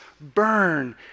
burn